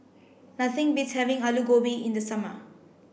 nothing beats having Alu Gobi in the summer